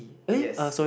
yes